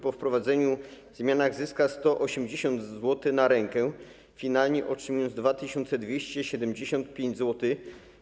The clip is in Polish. Po wprowadzeniu zmian zyska 180 zł na rękę, finalnie otrzymując 2275 zł.